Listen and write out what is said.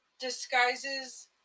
disguises